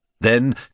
Then